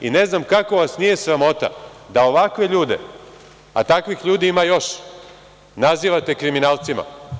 Ne znam kako vas nije sramota da ovakve ljude, a takvi ljudi ima još, nazivate kriminalcima.